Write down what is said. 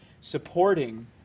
supporting